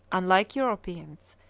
unlike europeans,